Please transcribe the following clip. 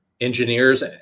engineers